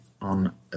on